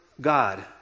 God